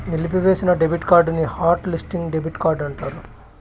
నిలిపివేసిన డెబిట్ కార్డుని hot listing debit card అంటారు